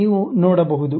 ನೀವು ನೋಡಬಹುದು